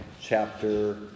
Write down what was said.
chapter